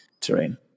terrain